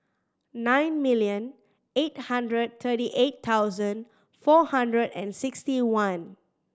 nine million eight hundred thirty eight thousand four hundred and sixty one